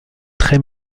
très